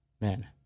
Man